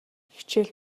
хичээл